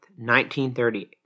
1938